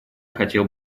хотел